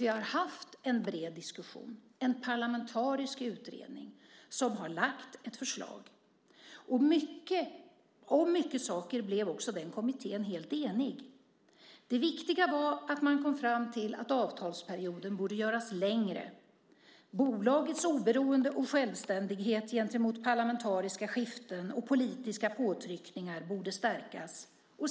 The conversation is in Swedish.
Vi har haft en bred diskussion, en parlamentarisk utredning, som har lagt fram ett förslag. Om många saker blev den kommittén helt enig. Det viktiga var att man kom fram till att avtalsperioden borde göras längre. Bolagets oberoende och självständighet gentemot parlamentariska skiften och politiska påtryckningar borde stärkas.